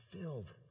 filled